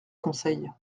conseil